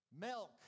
milk